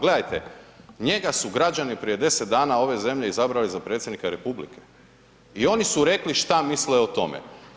Gledajte, njega su građani prije 10 dana ove zemlje izabrali za predsjednika Republike i oni su rekli šta misle o tome.